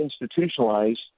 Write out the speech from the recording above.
Institutionalized